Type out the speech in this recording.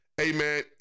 amen